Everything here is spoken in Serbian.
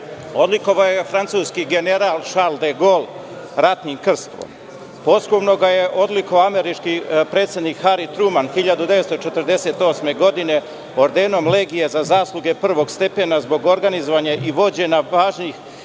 Odlikovao ga je francuski general Šarl de Gol ratnim krstom. Posthumno ga je odlikovao američki predsednik Hari Truman 1948. godine ordenom Legije za zasluge prvog stepena zbog organizovanja i vođenja važnih